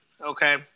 okay